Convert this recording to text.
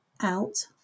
out